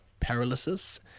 paralysis